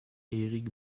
erik